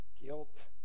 guilt